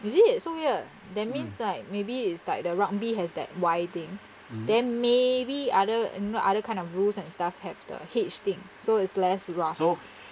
is it so weird that means like maybe is like the rugby has that Y thing then maybe other you know other kind of rules and stuff have the H thing so is less grass